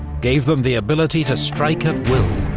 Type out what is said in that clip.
gave them the ability to strike at will,